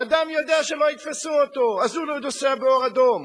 אדם יודע שלא יתפסו אותו, אז הוא נוסע באור אדום.